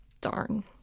Darn